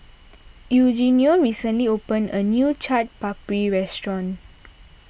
Eugenio recently opened a new Chaat Papri restaurant